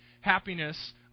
happiness